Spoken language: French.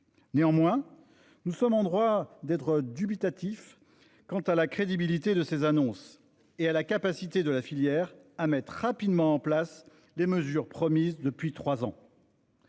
Néanmoins, nous avons le droit de nous interroger sur la crédibilité de ces annonces comme sur la capacité de la filière à mettre rapidement en place les mesures promises depuis trois ans.